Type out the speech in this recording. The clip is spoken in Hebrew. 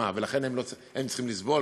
מה, ולכן הם צריכים לסבול?